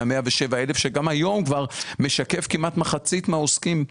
שגם היום כבר משקף כמעט כמחצית מהעוסקים.